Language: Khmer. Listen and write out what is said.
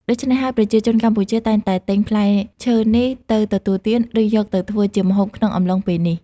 ដូច្នេះហើយ ប្រជាជនកម្ពុជាតែងតែទិញផ្លែឈើនេះទៅទទួលទាន ឬយកទៅធ្វើជាម្ហូបក្នុងអំឡុងពេលនេះ។